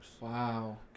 wow